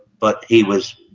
but he was